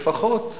לפחות,